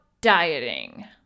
dieting